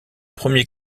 premier